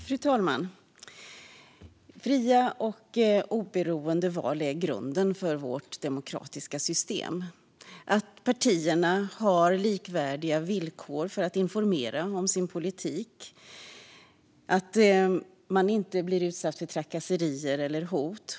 Fru talman! Fria och oberoende val är grunden för vårt demokratiska system. Det handlar om att partierna har likvärdiga villkor för att informera om sin politik och om att kandidaterna inte blir utsatta för trakasserier eller hot.